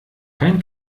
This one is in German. keinen